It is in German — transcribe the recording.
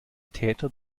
täter